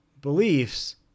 beliefs